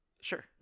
Sure